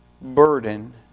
burden